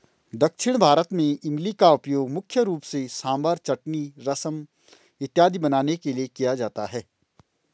दक्षिण भारत में इमली का उपयोग मुख्य रूप से सांभर चटनी रसम इत्यादि बनाने के लिए किया जाता है